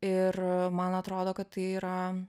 ir man atrodo kad tai yra